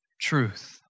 truth